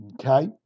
Okay